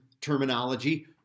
terminology